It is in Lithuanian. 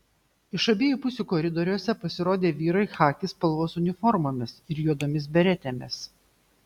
iš abiejų pusių koridoriuose pasirodė vyrai chaki spalvos uniformomis ir juodomis beretėmis